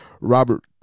Robert